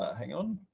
ah hang on.